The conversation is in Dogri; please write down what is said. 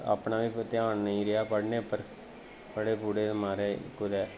अपना बी ध्यान नेईं रेहा पढ़ने उप्पर पढ़े पूढ़े मा'राज कुतै